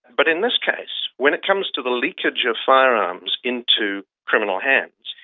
but in this case, when it comes to the leakage of firearms into criminal hands,